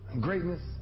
Greatness